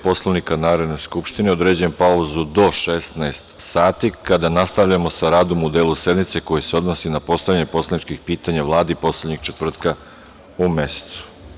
Poslovnika Narodne skupštine, određujem pauzu do 16.00 časova, kada nastavljamo sa radom u delu sednice koji se odnosi na postavljanje poslaničkih pitanja Vladi poslednjeg četvrtka u mesecu.